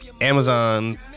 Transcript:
Amazon